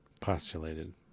postulated